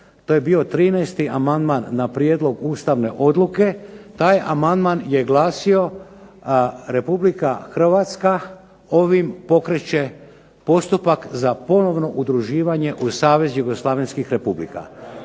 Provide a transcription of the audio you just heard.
to je bio 13. amandman na prijedlog ustavne odluke. Taj amandman je glasio Republika Hrvatska ovim pokreće postupak za ponovno udruživanje u savez Jugoslavenskih Republika.